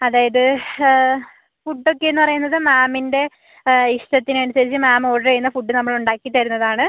അതായത് ഫുഡ്ഡ് ഒക്കേന്ന് പറയുന്നത് മാമിൻ്റെ ഇഷ്ടത്തിന് അനുസരിച്ച് മാം ഓർഡർ ചെയ്യുന്ന ഫുഡ്ഡ് നമ്മൾ ഉണ്ടാക്കി തെരുന്നതാണ്